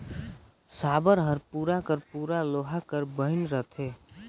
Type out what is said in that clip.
साबर हर पूरा कर पूरा लोहा कर बइन रहथे